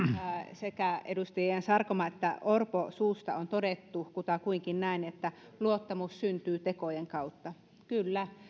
sekä edustaja sarkomaan että orpon suusta on todettu kutakuinkin näin että luottamus syntyy tekojen kautta kyllä